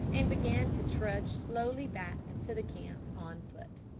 and began to trudge slowly back to the camp on foot.